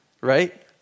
right